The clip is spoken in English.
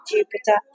Jupiter